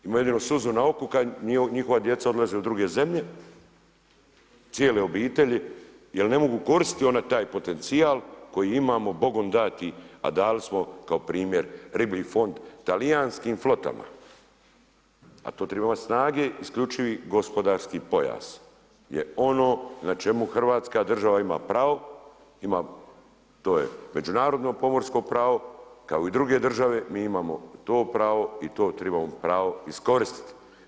Imaju jedino suzu na oku kada njihova djeca odlaze u druge zemlje, cijele obitelji jer ne mogu koristiti oni taj potencijal koji imamo Bogom dati, a dali smo kao primjer riblji fond talijanskim flotama, a tu trebamo imati snage isključivi gospodarski pojas je ono na čemu Hrvatska država ima pravo, to je međunarodno pomorsko pravo kao i druge države, mi imamo to pravo i to trebamo pravo iskoristiti.